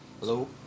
Hello